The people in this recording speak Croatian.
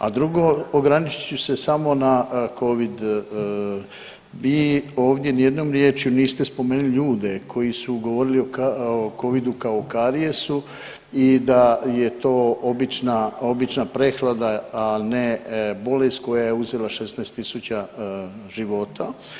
A drugo ograničit ću se samo na Covid, vi ovdje ni jednom riječju niste spomenuli ljude koji su govorili o Covidu kao karijesu i da je to obična, obična prehlada, a ne bolest koja je uzela 16.000 života.